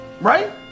right